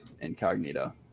Incognito